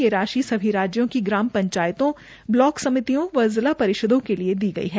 ये राशि सभी राज्यों की ग्राम पंचायतों ब्लॉक समितियों व जिला परिषदों के लिए दी गई है